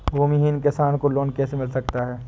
भूमिहीन किसान को लोन कैसे मिल सकता है?